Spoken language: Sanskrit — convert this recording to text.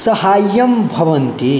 साहाय्यं भवति